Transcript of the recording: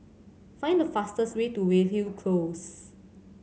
find the fastest way to Weyhill Close